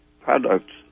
products